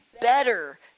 better